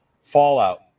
Fallout